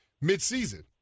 mid-season